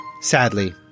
sadly